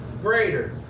Greater